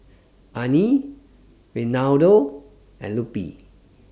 Anie Reinaldo and Lupe